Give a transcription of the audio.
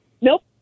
Nope